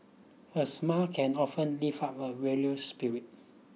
a smile can often lift up a weary spirit